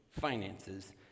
finances